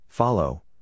Follow